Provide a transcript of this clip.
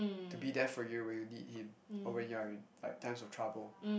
to be there for you when you need him or when you are in like times of trouble